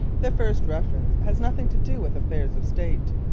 the first reference has nothing to do with affairs of state.